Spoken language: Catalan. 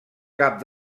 cap